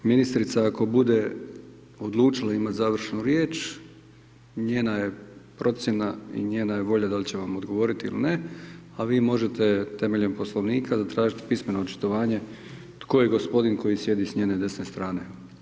Ministrica ako bude odlučila imati završnu riječ, njena je procjena i njena je volja da li će vam odgovorit ili ne a vi možete temeljem Poslovnika, zatražiti pismeno očitovanje tko je gospodin koji sjedi s njene desne strane.